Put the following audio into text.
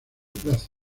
plazo